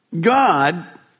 God